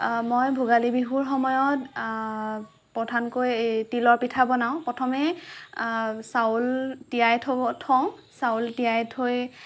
মই ভোগালী বিহুৰ সময়ত প্ৰধানকৈ এই তিলৰ পিঠা বনাওঁ প্ৰথমে চাউল তিয়াই থ থওঁ চাউল তিয়াই থৈ